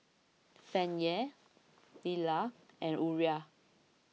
Fannye Lilah and Uriah